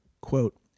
Quote